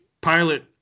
pilot